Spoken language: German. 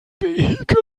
vehikel